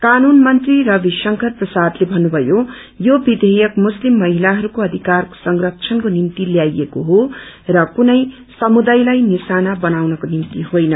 कानून मन्त्री रवि शंकर प्रसादले भन्नुभयो यो विवेयक मुस्लिम महिताहस्क्रो अधिकारको संरक्षणको निम्ति त्याइएको हो र कुनै समुदायले निशाना बनाउनको निम्ति होइन